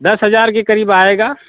दस हजार के करीब आएगा